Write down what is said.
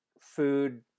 food